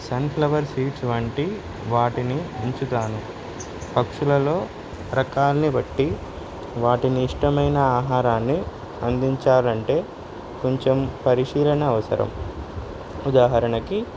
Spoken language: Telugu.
సన్ఫ్లవర్ సీడ్స్ వంటి వాటిని ఉంచుతాను పక్షులలో రకాల్ని బట్టి వాటిని ఇష్టమైన ఆహారాన్ని అందించాలంటే కొంచెం పరిశీలన అవసరం ఉదాహరణకి